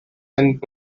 end